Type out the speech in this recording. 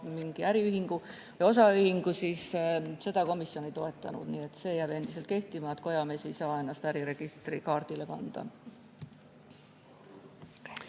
mingi äriühingu ja osaühingu, siis seda komisjon ei toetanud. Nii et see jääb endiselt kehtima, et Kojamees ei saa ennast registrikaardile kanda.